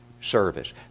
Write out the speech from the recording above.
service